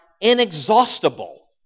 inexhaustible